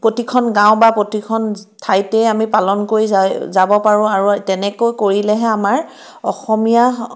প্ৰতিখন গাঁও বা প্ৰতিখন ঠাইতে আমি পালন কৰি যাই যাব পাৰোঁ আৰু তেনেকৈ কৰিলেহে আমাৰ অসমীয়া